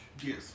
Yes